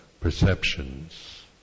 perceptions